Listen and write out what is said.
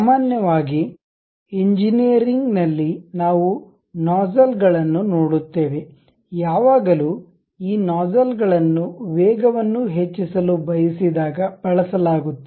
ಸಾಮಾನ್ಯವಾಗಿ ಎಂಜಿನಿಯರಿಂಗ್ ನಲ್ಲಿ ನಾವು ನೋಜ್ಝಲ್ ಗಳನ್ನು ನೋಡುತ್ತೇವೆ ಯಾವಾಗಲೂ ಈ ನೋಜ್ಝಲ್ ಗಳನ್ನು ವೇಗವನ್ನು ಹೆಚ್ಚಿಸಲು ಬಯಸಿದಾಗ ಬಳಸಲಾಗುತ್ತದೆ